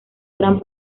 gran